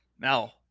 now